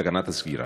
סכנת הסגירה.